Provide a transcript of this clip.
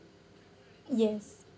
yes